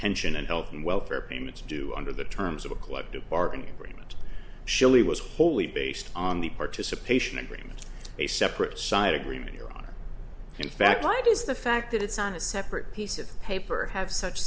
pension and health and welfare payments due under the terms of a collective bargaining agreement surely was wholly based on the participation agreement a separate side agreement your honor in fact why does the fact that it's on a separate piece of paper have such